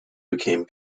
became